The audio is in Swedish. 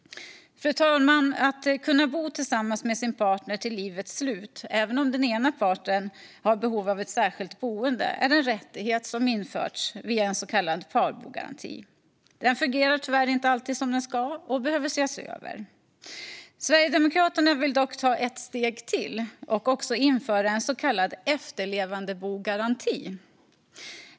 Fru talman! Att kunna bo tillsammans med sin partner till livets slut, även om den ena parten har behov av ett särskilt boende, är en rättighet som införts via en så kallad parbogaranti. Den fungerar tyvärr inte alltid som den ska och behöver ses över. Sverigedemokraterna vill dock ta ett steg till och också införa en så kallad efterlevandebogaranti.